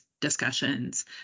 discussions